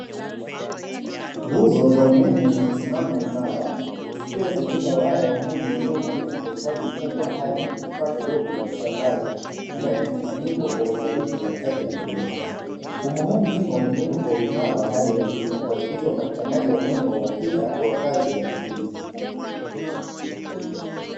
Nguzo za umeme zimesimama imara, zikiwa zimebeba waya wa umeme zilizounganishwa kwa ustadi mkubwa hadi kwenye kifaa kidogo cha kusambaza ambacho kimesimikwa kwa uangalifu katíka ya nguzo hizo, mfumo huu mzima umejengwa wa uimara wa hali ya juu , kuhakikisha upatikanaji wa umeme wa uhakika kwa wakazi wa eneo hili .